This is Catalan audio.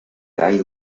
gai